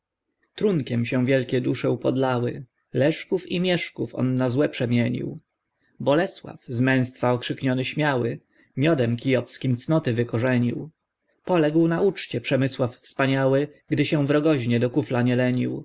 trunkiem się wielkie dusze upodlały leszków i mieszków on na złe przemienił bolesław z męztwa okrzykniony śmiały miodem kijowskim cnoty wykorzenił poległ na uczcie przemysław wspaniały gdy się w rogoźnie do kufla nie